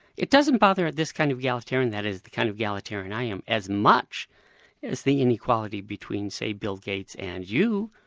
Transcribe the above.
it doesn't bother this kind of egalitarian, that is the kind of egalitarian i am, as much as the inequality between say bill gates and you,